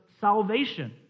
salvation